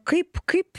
kaip kaip